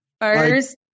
First